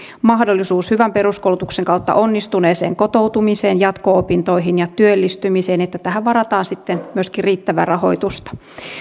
mahdollisuus hyvän peruskoulutuksen kautta onnistuneeseen kotoutumiseen jatko opintoihin ja työllistymiseen niin että tähän varataan sitten myöskin riittävää rahoitusta